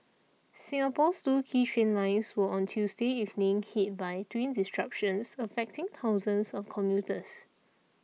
Singapore's two key train lines were on Tuesday evening hit by twin disruptions affecting thousands of commuters